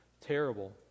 terrible